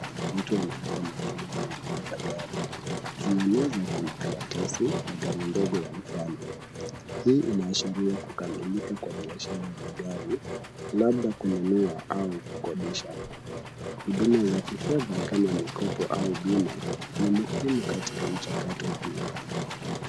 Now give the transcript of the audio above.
Mtu anampa mwingine funguo za gari. Juu ya meza kuna karatasi na gari ndogo ya mfano. Hii inaashiria kukamilika kwa biashara ya gari, labda kununua au kukodisha. Huduma za kifedha kama mikopo au bima ni muhimu katika mchakato huu.